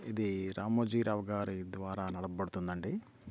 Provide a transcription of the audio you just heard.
ఇది రామోజీ రావు గారి ద్వారా నడపబడుతుందండి